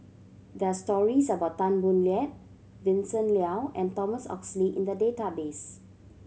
there are stories about Tan Boo Liat Vincent Leow and Thomas Oxley in the database